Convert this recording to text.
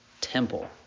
temple